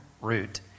root